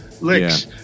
licks